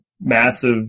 massive